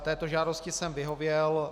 Této žádosti jsem vyhověl.